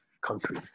country